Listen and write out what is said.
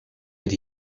met